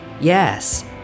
Yes